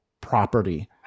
property